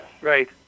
Right